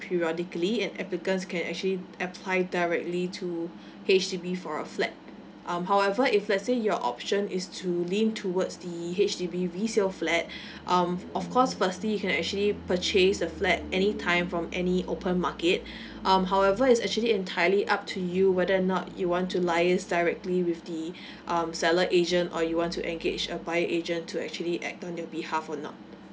periodically and applicants can actually apply directly to H_D_B for a flat um however if let's say your option is to lean towards the H_D_B resale flat um of course firstly you can actually purchase the flat any time from any open market um however it's actually entirely up to you whether or not you want to liaise directly with the um seller agent or you want to engage a buyer agent to actually act on your behalf or not